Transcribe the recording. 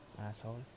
Asshole